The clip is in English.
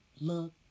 look